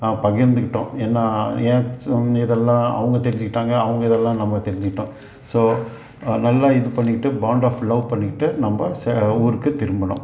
பகிர்ந்துக்கிட்டோம் எல்லாம் என் இதெல்லாம் அவங்க தெரிஞ்சுக்கிட்டாங்க அவங்க இதெல்லாம் நம்ம தெரிஞ்சுகிட்டோம் ஸோ நல்லா இது பண்ணிட்டு பாண்ட் ஆஃப் லவ் பண்ணிட்டு நம்ம சேர ஊருக்கு திரும்பினோம்